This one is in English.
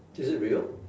is it real